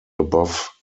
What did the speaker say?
above